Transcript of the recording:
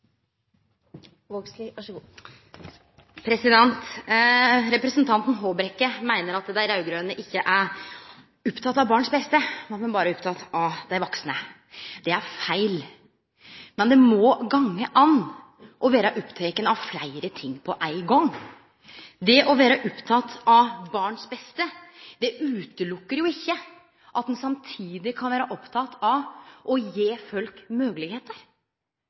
av barns beste, men at ein berre er oppteken av dei vaksne. Det er feil, men det må gå an å vere oppteken av fleire ting på ein gong. Det å vere oppteken av barns beste hindrar jo ikkje at ein samtidig kan vere oppteken av å gje folk moglegheiter?